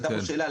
עלתה פה שאלה,